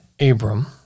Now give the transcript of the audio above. Abram